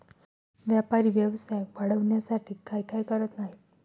व्यापारी व्यवसाय वाढवण्यासाठी काय काय करत नाहीत